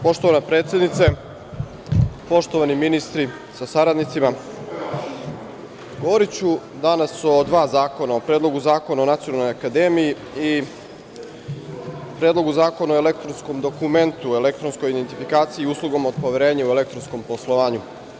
Poštovana predsednice, poštovani ministri sa saradnicima, danas ću govoriti o dva zakona; o Predlogu zakona o Nacionalnoj akademiji i Predlogu zakona o elektronskom dokumentu, elektronskoj identifikaciji i uslugama od poverenja u elektronskom poslovanju.